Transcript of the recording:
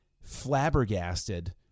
flabbergasted